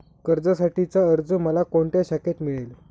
कर्जासाठीचा अर्ज मला कोणत्या शाखेत मिळेल?